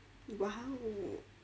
!wow!